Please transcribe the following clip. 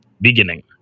beginning